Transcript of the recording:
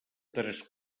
tres